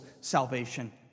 salvation